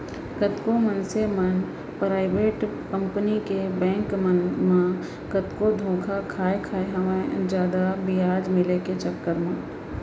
कतको मनसे मन पराइबेट कंपनी के बेंक मन म कतको धोखा खाय खाय हवय जादा बियाज मिले के चक्कर म